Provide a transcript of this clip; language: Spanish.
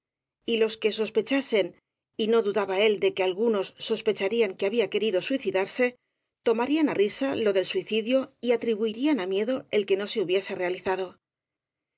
coreta y los que sospechasen y no dudaba él de que algunos sospecharían que había querido sui cidarse tomarían á risa lo del suicidio y atribui rían á miedo el que no se hubiese realizado